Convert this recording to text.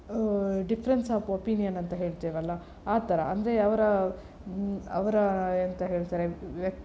difference of opinion ಅಂತ ಹೇಳ್ತೇವಲ್ಲ ಆ ಥರ ಅಂದರೆ ಅವರ ಅವರ ಎಂಥ ಹೇಳ್ತಾರೆ ವ್ಯಕ್ತಿತ್ವ